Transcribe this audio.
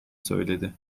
söyledi